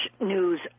news